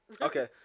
Okay